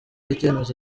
icyemezo